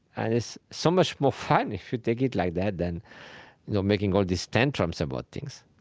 and it's so much more fun if you take it like that than you know making all these tantrums about things.